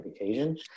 occasion